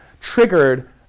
triggered